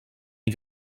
den